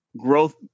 growth